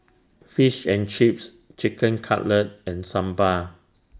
Fish and Chips Chicken Cutlet and Sambar